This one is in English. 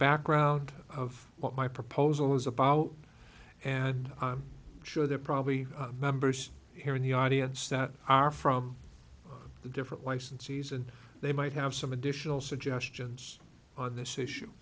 background of what my proposal is about and i'm sure there probably members here in the audience that are from the different licensees and they might have some additional suggestions on this